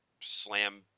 slam